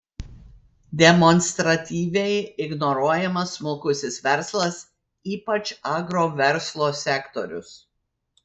demonstratyviai ignoruojamas smulkusis verslas ypač agroverslo sektorius